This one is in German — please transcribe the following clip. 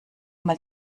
mal